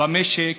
במשק